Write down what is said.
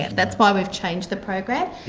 that's why we've changed the program,